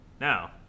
Now